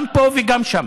גם פה וגם שם.